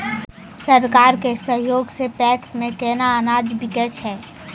सरकार के सहयोग सऽ पैक्स मे केना अनाज बिकै छै?